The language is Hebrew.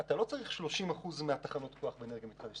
אתה לא צריך 30% תחנות כוח באנרגיה מתחדשת,